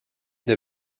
der